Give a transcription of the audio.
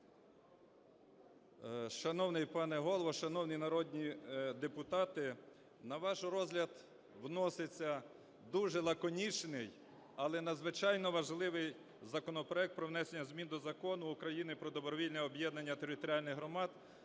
Шановний пане Голово, шановні народні депутати! На ваш розгляд вноситься дуже лаконічний, але надзвичайно важливий законопроект про внесення змін до Закону України "Про добровільне об'єднання територіальних громад"